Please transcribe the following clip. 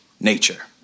nature